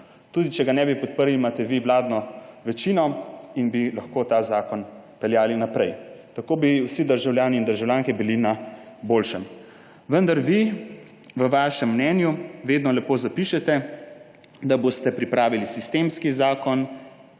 Tudi če ga ne bi podprli, imate vi vladno večino in bi lahko ta zakon peljali naprej. Tako bi bili vsi državljani in državljanke na boljšem. Vendar vi v svojem mnenju vedno lepo zapišete, da boste pripravili sistemski zakon